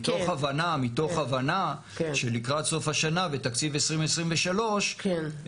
מתוך הבנה שלקראת סוף השנה בתקציב 2023 המשך